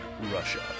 Russia